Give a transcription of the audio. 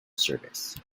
service